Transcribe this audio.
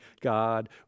God